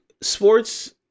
sports